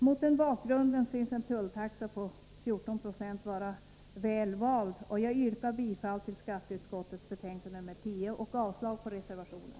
Mot den bakgrunden synes en tulltaxa på 14 96 vara väl vald, och jag yrkar bifall till hemställan i skatteutskottets betänkande nr 10 och avslag på reservationen.